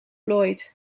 floyd